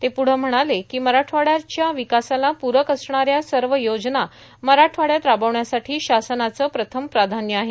ते पुढ म्हणाले कों मराठवाड्याच्या र्वकासाला पूरक असणाऱ्या सव योजना मराठवाड्यात रार्बावण्यासाठी शासनाचं प्रथम प्राधान्य आहे